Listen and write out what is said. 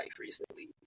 recently